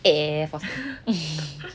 air force 的